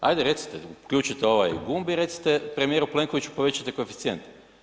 Hajde recite, uključite ovaj gumb i recite premijeru Plenkoviću, povećajte koeficijent.